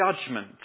judgment